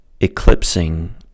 eclipsing